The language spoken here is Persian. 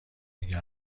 اگه